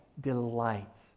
delights